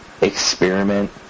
experiment